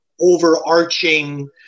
overarching